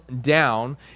down